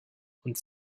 und